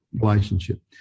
relationship